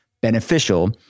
beneficial